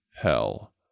hell